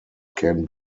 can